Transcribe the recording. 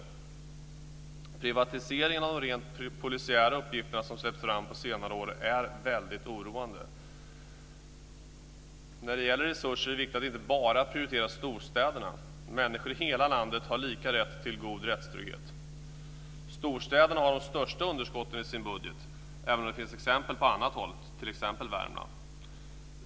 Den privatisering av de rent polisiära uppgifterna som släppts fram på senare år är väldigt oroande. När det gäller resurser är det viktigt att inte bara prioritera storstäderna. Människor i hela landet har samma rätt till god rättstrygghet. Storstäderna har de största underskotten i budgeten, även om det finns exempel på annat håll, t.ex. Värmland.